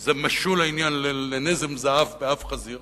OECDזה משול לנזם זהב באף חזיר,